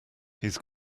his